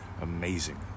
amazing